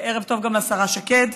ערב טוב גם לשרה שקד.